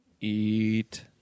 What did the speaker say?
Eat